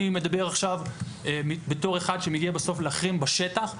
אני מדבר עכשיו בתור אחד שמגיע בסוף להחרים בשטח,